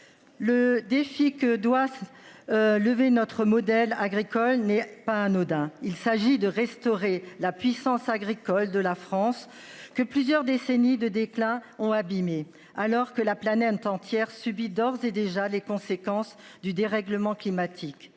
Le défi que doit se. Lever notre modèle agricole n'est pas anodin, il s'agit de restaurer la puissance agricole de la France que plusieurs décennies de déclin ont abîmé. Alors que la planète entière subit d'ores et déjà les conséquences du dérèglement climatique,